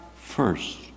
first